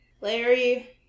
Larry